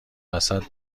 وسط